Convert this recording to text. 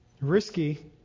risky